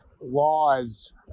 lives